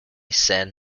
send